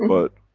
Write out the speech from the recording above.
but.